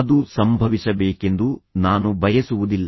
ಅದು ಸಂಭವಿಸಬೇಕೆಂದು ನಾನು ಬಯಸುವುದಿಲ್ಲ